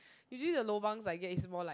usually the lobangs I get is more like